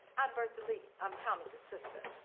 i'm bertha lee. i'm thomas' sister,